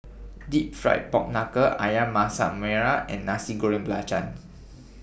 Deep Fried Pork Knuckle Ayam Masak Merah and Nasi Goreng Belacan